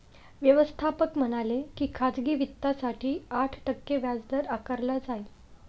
व्यवस्थापक म्हणाले की खाजगी वित्तासाठी आठ टक्के व्याजदर आकारला जाईल